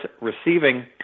receiving